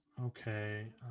Okay